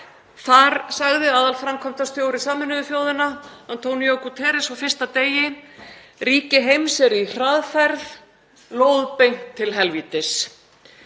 Þar sagði aðalframkvæmdastjóri Sameinuðu þjóðanna, Antonio Guterres, á fyrsta degi: Ríki heims eru á hraðferð lóðbeint til helvítis.